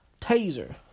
Taser